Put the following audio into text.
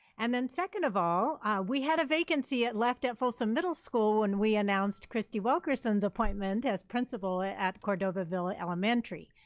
and then second of all we had a vacancy left at folsom middle school when we announced christy wilkerson's appointment as principal at cordova villa elementary,